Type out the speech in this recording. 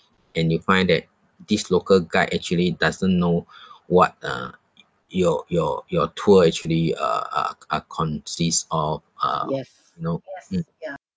and you find that this local guide actually doesn't know what uh your your your tour actually uh uh uh consists of uh you know mm